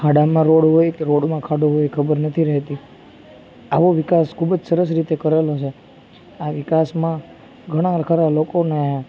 ખાડામાં રોડ હોય કે રોડમાં ખાડો હોય એ ખબર નથી રહેતી આવો વિકાસ ખૂબ જ સરસ રીતે કરેલો છે આ વિકાસમાં ઘણાં ખરા લોકોને